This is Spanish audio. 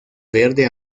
verde